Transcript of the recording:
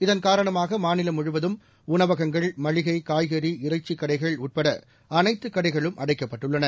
இதன் காரணமாகல் மாநிலம் முழுவதும் உணவகங்கள்இ மளிகைஇ காய்கறிஇ இறைச்சிக் கடைகள் உட்பட அனைத்துக் கடைகளும் அடைக்கப்பட்டுள்ளன